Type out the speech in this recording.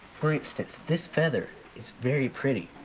for instance, this feather is very pretty,